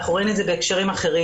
אנחנו רואים את זה בהקשרים אחרים,